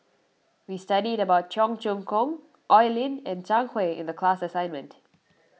we studied about Cheong Choong Kong Oi Lin and Zhang Hui in the class assignment